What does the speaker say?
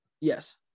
Yes